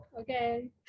Okay